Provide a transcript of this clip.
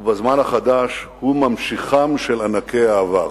ובזמן החדש הוא ממשיכם של ענקי העבר.